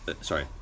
sorry